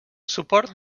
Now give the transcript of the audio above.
suport